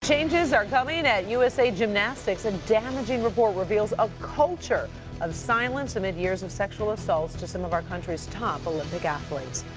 changes are coming at usa gymnastics. a damaging report reveals a culture of silence amid years of sexual assault to some of our country's top olympic athletes.